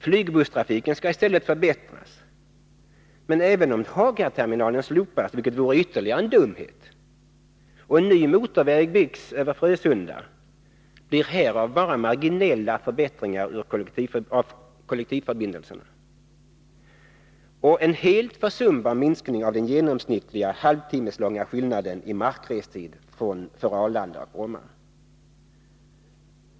Flygbusstrafiken skall i stället förbättras, men även om Hagaterminalen slopas, vilket vore ytterligare en dumhet, och ny motorväg byggs över Frösunda, blir härav bara marginella förbättringar av kollektivförbindelserna och en helt försumbar minskning av den genomsnittliga halvtimmeslånga skillnaden i markrestid mellan Arlanda och Bromma.